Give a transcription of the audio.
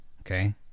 Okay